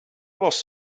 brauchst